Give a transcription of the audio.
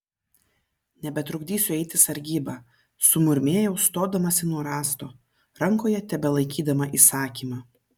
nebetrukdysiu eiti sargybą sumurmėjau stodamasi nuo rąsto rankoje tebelaikydama įsakymą